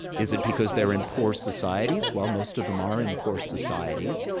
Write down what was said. is it because they're in poor societies? well, most of them are in poor societies,